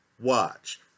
watch